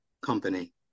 company